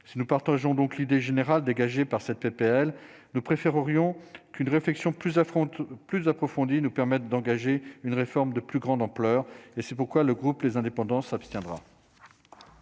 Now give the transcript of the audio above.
si nous partageons donc l'idée générale dégagée par cette PPL nous préférerions qu'une réflexion plus affronte plus approfondie, nous permettent d'engager une réforme de plus grande ampleur et c'est pourquoi le groupe les indépendants s'abstiendra.